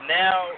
now